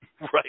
right